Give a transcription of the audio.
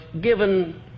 given